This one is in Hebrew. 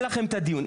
יהיה לכם את הדיון,